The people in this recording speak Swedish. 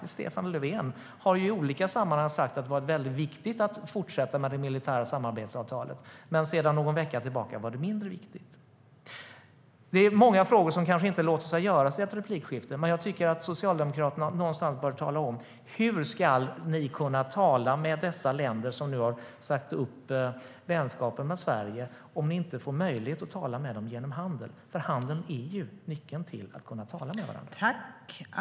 Stefan Löfven har i olika sammanhang sagt att det är viktigt att fortsätta med det militära samarbetsavtalet, men sedan någon vecka tillbaka är det mindre viktigt.